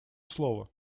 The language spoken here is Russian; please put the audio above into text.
слово